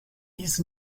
his